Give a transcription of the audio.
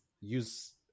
use